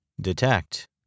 Detect